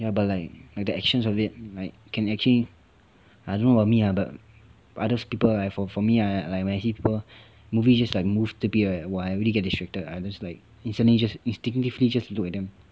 ya but like the actions of it like can actually I don't know about me lah but other people right for me right when I see people movie just like move a little bit right !wah! I really get distracted I just like instantly just instinctively just look at them